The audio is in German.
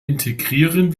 integrieren